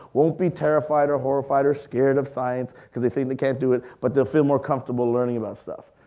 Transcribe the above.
won't be terrified or horrified or scared of science, cause they feel they can't do it, but they feel more comfortable learning about stuff.